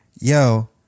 yo